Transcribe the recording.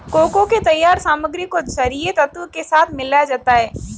cocoa के तैयार सामग्री को छरिये तत्व के साथ मिलाया जाता है